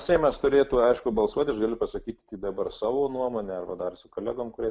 seimas turėtų aišku balsuoti aš galiu pasakyti dabar savo nuomonę arba dar su kolegom kurie